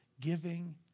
Giving